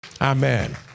Amen